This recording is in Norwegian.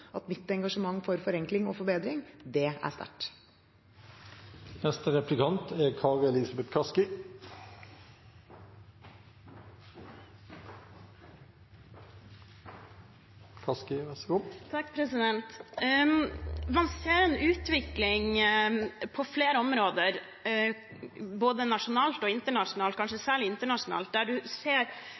at mitt engasjement for forenkling og forbedring er sterkt. Man ser en utvikling på flere områder, både nasjonalt og internasjonalt – kanskje særlig internasjonalt – der en ser